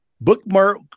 bookmark